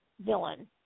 villain